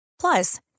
Plus